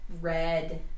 red